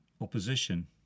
opposition